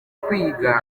kwiga